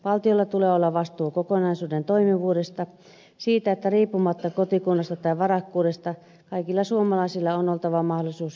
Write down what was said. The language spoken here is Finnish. valtiolla tulee olla vastuu kokonaisuuden toimivuudesta siitä että riippumatta kotikunnasta tai varakkuudesta kaikilla suomalaisilla on mahdollisuus hyvinvointiin